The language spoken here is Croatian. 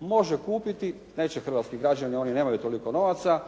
može kupiti, neće hrvatski građani, oni nemaju toliko novaca,